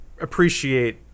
appreciate